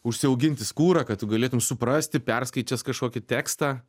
užsiauginti skūrą kad tu galėtum suprasti perskaitęs kažkokį tekstą